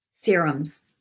Serums